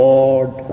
Lord